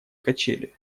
качели